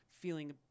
feeling